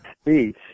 speech